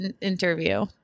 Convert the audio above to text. interview